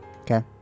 Okay